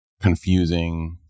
confusing